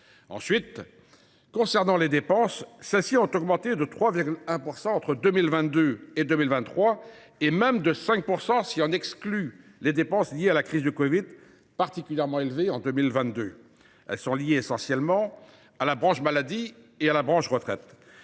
pour 2024. Quant aux dépenses, elles ont augmenté de 3,1 % entre 2022 et 2023, et même de 5 % si l’on exclut les dépenses liées à la crise de la covid 19, particulièrement élevées en 2022 ; elles sont liées essentiellement à la branche maladie et à la branche retraite.